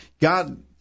God